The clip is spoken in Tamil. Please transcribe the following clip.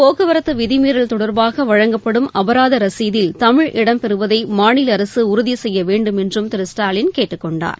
போக்குவரத்து விதிமீறல் தொடர்பாக வழங்கப்படும் அபராத ரசீதில் தமிழ் இடம்பெறுவதை மாநில அரசு உறுதி செய்ய வேண்டும் என்றும் திரு ஸ்டாலின் கேட்டுக் கொண்டார்